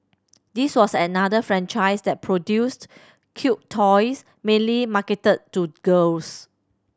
this was another franchise that produced cute toys mainly marketed to girls